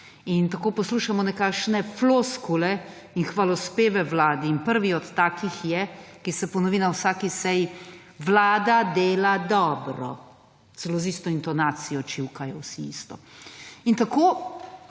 in tako poslušamo nekakšne floskule in hvalospeve Vlade in prvi od takih je, ki se ponovi na vsaki seji: »Vlada dela dobro.« celo z isto intonacijo čivkajo vsi isto. Tako